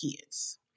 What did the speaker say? kids